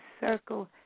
circle